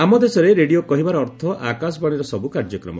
ଆମ ଦେଶରେ ରେଡିଓ କହିବାର ଅର୍ଥ ଆକାଶବାଶୀର ସବୁ କାର୍ଯ୍ୟକ୍ରମ